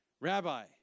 Rabbi